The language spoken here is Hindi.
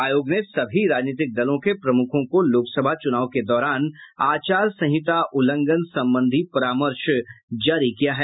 आयोग ने सभी राजनीतिक दलों के प्रमूखों को लोकसभा चूनाव के दौरान आचार संहिता उल्लंघन संबंधी परामर्श जारी किया है